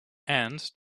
and